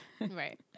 right